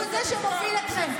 הוא זה שמפעיל אתכם.